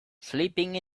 sleeping